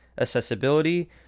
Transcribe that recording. accessibility